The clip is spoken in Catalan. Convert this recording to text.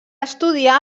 estudiar